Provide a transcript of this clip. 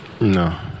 No